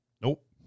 nope